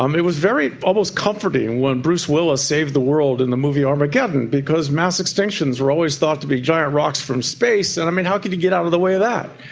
um it was almost comforting when bruce willis saved the world in the movie armageddon, because mass extinctions were always thought to be giant rocks from space and and how could you get out of the way of that?